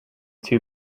too